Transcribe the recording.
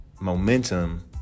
Momentum